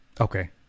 Okay